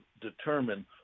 determine